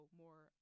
more